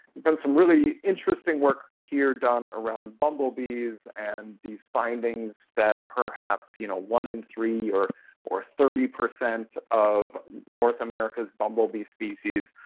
done really interesting work here done around bumblebees and these findings that perhaps you know one in three, or or thirty percent of north america's bumblebee species,